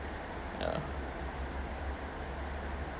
ya